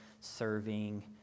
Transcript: serving